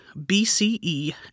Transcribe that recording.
BCE